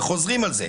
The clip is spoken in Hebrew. וחוזרים על זה: